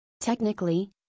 Technically